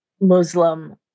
Muslim